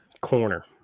corner